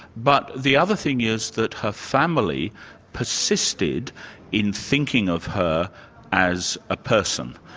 but the other thing is that her family persisted in thinking of her as a person,